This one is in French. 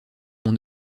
mon